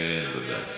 כן, בוודאי.